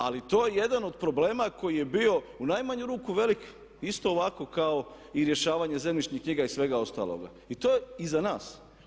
Ali to je jedan od problema koji je bio u najmanju ruku velik isto ovako kao i rješavanje zemljišnih knjiga i svega ostaloga i to je iza nas.